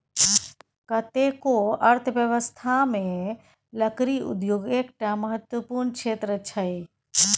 कतेको अर्थव्यवस्थामे लकड़ी उद्योग एकटा महत्वपूर्ण क्षेत्र छै